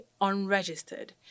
unregistered